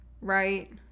right